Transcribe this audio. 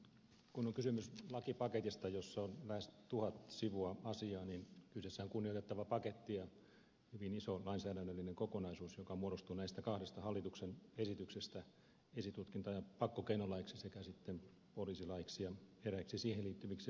kun on kysymys lakipaketista jossa on lähes tuhat sivua asiaa niin kyseessä on kunnioitettava paketti ja hyvin iso lainsäädännöllinen kokonaisuus joka muodostuu näistä kahdesta hallituksen esityksestä esitutkinta ja pakkokeinolaiksi sekä sitten poliisilaiksi ja eräiksi siihen liittyviksi laeiksi